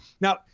Now